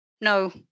no